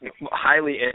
Highly